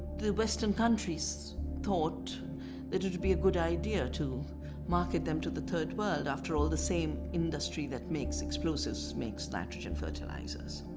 the western countries thought that it would be a good idea to market them to the third world. after all, the same industry that makes explosives makes nitrogen fertilizers.